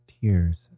tears